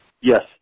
Yes